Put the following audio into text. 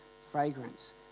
fragrance